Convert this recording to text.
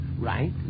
right